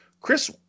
Chris